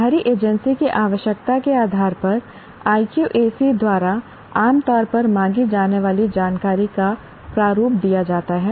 बाहरी एजेंसी की आवश्यकता के आधार पर IQAC द्वारा आम तौर पर मांगी जाने वाली जानकारी का प्रारूप दिया जाता है